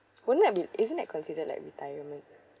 wouldn't that be isn't that considered like retirement